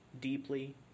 deeply